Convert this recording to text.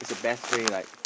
the best way like